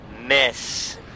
miss